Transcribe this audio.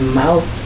mouth